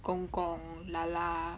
gong gong la la